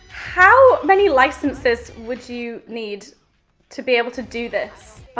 how many licences would you need to be able to do this?